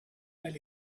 that